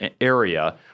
area